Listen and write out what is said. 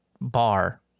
bar